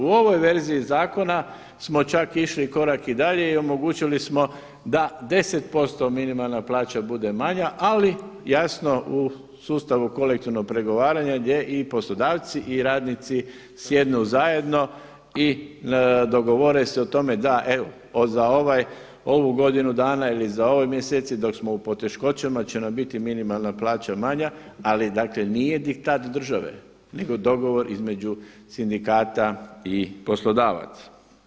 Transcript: U ovoj verziji zakona smo čak išli i korak dalje i omogućili smo da 10% minimalna plaća bude manja ali jasno u sustavu kolektivnog pregovaranja gdje i poslodavci i radnici sjednu zajedno i dogovore s o tome, da, evo za ovu godinu dana ili za ove mjesece dok smo u poteškoćama će nam biti minimalna plaća manja ali dakle nije diktat države nego dogovor između sindikata i poslodavaca.